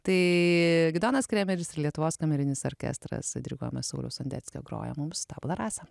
tai gidonas kremeris ir lietuvos kamerinis orkestras diriguojamas sauliaus sondeckio groja mums tą tabula rasa